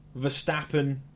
Verstappen